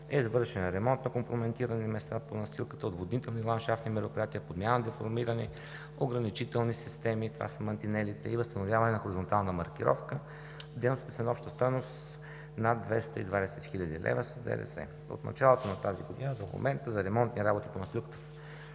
е извършен ремонт на компрометирани места по настилката, отводнителни и ландшафтни мероприятия, подмяна на деформирани ограничителни системи – това са мантинелите, и възстановяване на хоризонтална маркировка. Дейностите са на обща стойност над 220 хил. лв. с ДДС. От началото на тази година до момента за ремонтни работи по настилката